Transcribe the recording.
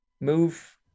move